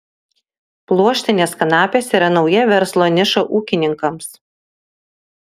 pluoštinės kanapės yra nauja verslo niša ūkininkams